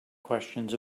questions